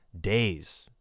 days